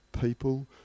people